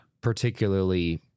particularly